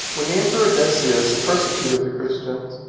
when the emperor decius persecuted the christians,